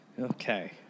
Okay